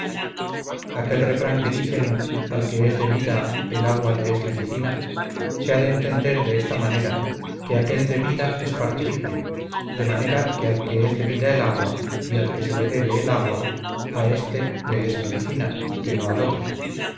aquel refrán que dicen al que es de vida el agua le es medicina se ha de entender de esta manera que aquel debida es participio de manera que al que es debida el agua y al que se le debe el agua a este le es medicina que no al otro